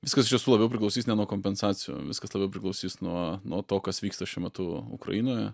viskas iš tiesų labiau priklausys ne nuo kompensacijų viskas priklausys nuo nuo to kas vyksta šiuo metu ukrainoje